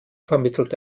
vermittelt